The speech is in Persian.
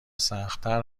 سختتر